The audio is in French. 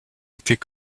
était